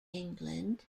england